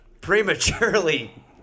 prematurely